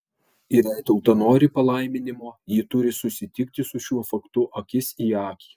ir jei tauta nori palaiminimo ji turi susitikti su šiuo faktu akis į akį